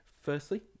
Firstly